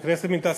הכנסת מינתה.